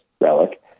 relic